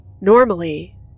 Normally